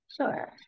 Sure